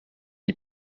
n’y